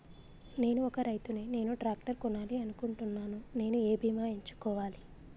నేను ఒక రైతు ని నేను ట్రాక్టర్ కొనాలి అనుకుంటున్నాను నేను ఏ బీమా ఎంచుకోవాలి?